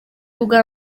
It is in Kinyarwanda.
ubwa